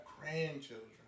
grandchildren